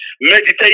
meditate